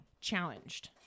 challenged